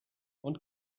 und